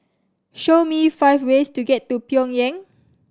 show me five ways to get to Pyongyang